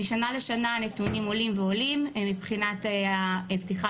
משנה לשנה הנתונים עולים ועולים הן מבחינת פתיחה